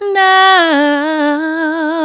now